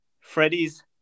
Freddy's